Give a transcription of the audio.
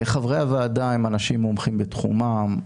חברי הוועדה הם אנשים מומחים בתחומם,